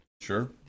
Sure